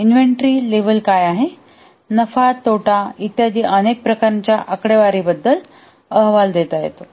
inventory level काय आहे नफा तोटा इत्यादी अनेक प्रकारच्या आकडेवारी बद्दल अहवाल देईल